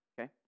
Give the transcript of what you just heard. okay